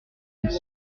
une